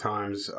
Times